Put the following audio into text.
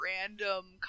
random